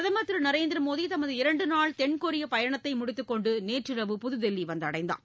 பிரதமர் திருநரேந்திர மோடி தமது இரண்டு நாள் தென்கொரிய பயனத்தை முடித்துக்கொன்டு நேற்றிரவு புதுதில்லி வந்தடைந்தார்